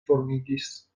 formiĝis